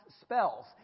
spells